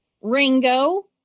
Ringo